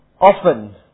Often